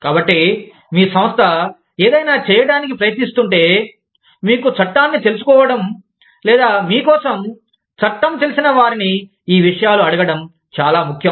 కాబట్టి మీ సంస్థ ఏదైనా చేయటానికి ప్రయత్నిస్తుంటే మీకు చట్టాన్ని తెలుసుకోవడం లేదా మీ కోసం చట్టం తెలిసిన వారిని ఈ విషయాల గురించి అడగడం చాలా ముఖ్యం